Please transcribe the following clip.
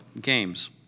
games